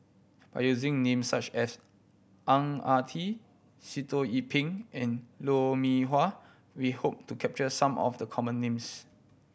by using names such as Ang Ah Tee Sitoh Yih Pin and Lou Mee Wah we hope to capture some of the common names